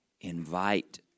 invite